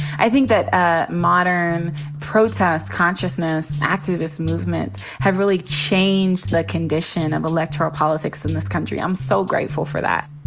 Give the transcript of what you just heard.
i think that ah modern protests consciousness, activist movements have really changed the condition of electoral politics in this country. i'm so grateful for that.